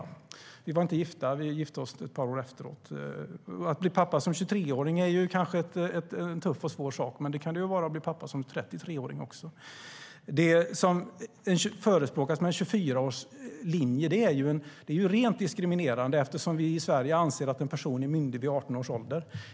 Vi var inte gifta; vi gifte oss ett par år efter det. Att bli pappa som 23-åring är kanske en tuff och svår sak, men det kan det vara att bli pappa som 33-åring också. Den 24-årslinje som förespråkas är rent diskriminerande eftersom vi i Sverige anser att en person är myndig vid 18 års ålder.